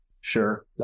Sure